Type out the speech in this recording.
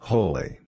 Holy